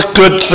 good